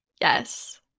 Yes